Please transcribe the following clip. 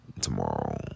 tomorrow